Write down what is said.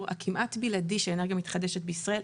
הכמעט בלעדי של אנרגיה מתחדשת בישראל.